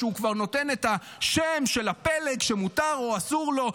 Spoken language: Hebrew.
הוא כבר נותן את השם של הפלג שמותר או אסור לו להפגין.